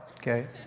Okay